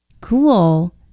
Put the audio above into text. Cool